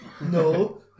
No